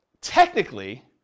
technically